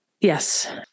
Yes